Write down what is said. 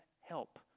help